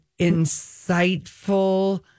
insightful